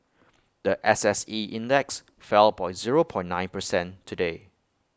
The S S E index fell point zero point nine percent today